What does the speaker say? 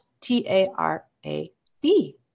T-A-R-A-B